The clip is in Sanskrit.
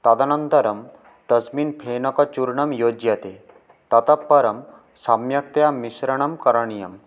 तदनन्तरं तस्मिन् फेनकचूर्णं योज्यते ततः परं सम्यक्तया मिश्रणं करणीयम्